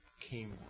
came